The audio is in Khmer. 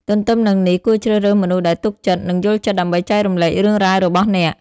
ទទ្ទឹមនឹងនេះ គួរជ្រើសរើសមនុស្សដែលទុកចិត្ត និងយល់ចិត្តដើម្បីចែករំលែករឿងរ៉ាវរបស់អ្នក។